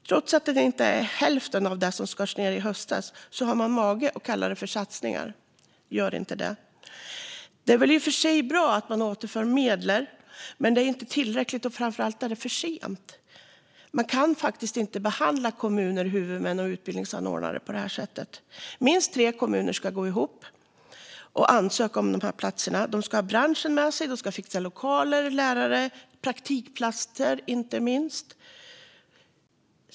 Trots att det inte ens är hälften av det man skar ned med i höstas har man mage att kalla detta för satsningar. Gör inte det! Det är väl i och för sig bra att man återför medel. Men det är inte tillräckligt, och framför allt är det för sent. Man kan faktiskt inte behandla kommuner, huvudmän och utbildningsanordnare på det här sättet. Minst tre kommuner ska gå ihop och ansöka om platserna. De ska ha branschen med sig, och de ska fixa lokaler, lärare och inte minst praktikplatser.